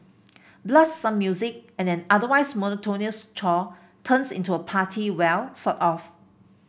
blast some music and an otherwise monotonous chore turns into a party well sort of